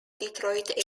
detroit